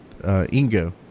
ingo